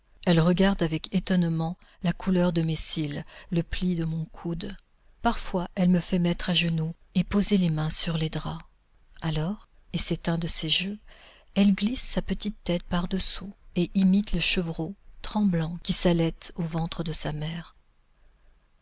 elle regarde avec étonnement la couleur de mes cils le pli de mon coude parfois elle me fait mettre à genoux et poser les mains sur les draps alors et c'est un de ses jeux elle glisse sa petite tête par-dessous et imite le chevreau tremblant qui s'allaite au ventre de sa mère